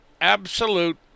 absolute